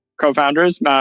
co-founders